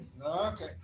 Okay